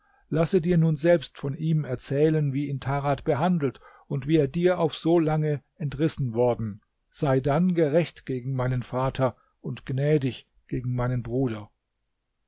lasse dir nun selbst von ihm erzählen wie ihn tarad behandelt und wie er dir auf so lange entrissen worden sei dann gerecht gegen meinen vater und gnädig gegen meinen bruder